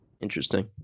Interesting